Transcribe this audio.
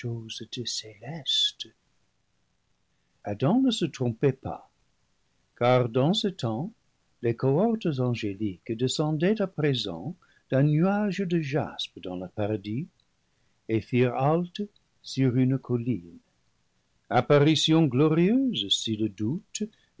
adam ne se trompait pas car dans ce temps les cohortes angéliques descendaient à présent d'un nuage de jaspe dans le paradis et firent halte sur une colline apparition glorieuse si le doute